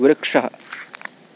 वृक्षः